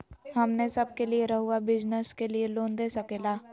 हमने सब के लिए रहुआ बिजनेस के लिए लोन दे सके ला?